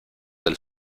del